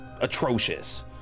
atrocious